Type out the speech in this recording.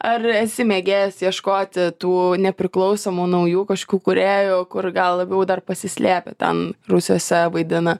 ar esi mėgėjas ieškoti tų nepriklausomų naujų kažkokių kūrėjų kur gal labiau dar pasislėpę ten rūsiuose vaidina